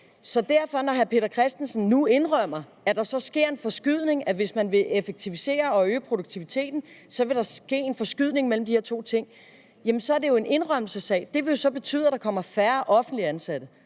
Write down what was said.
Når hr. Peter Christensen nu indrømmer, at der sker en forskydning – altså at der, hvis man vil effektivisere og øge produktiviteten, sker en forskydning mellem tingene – så er det jo en tilståelsessag, for det betyder, at der kommer færre offentligt ansatte.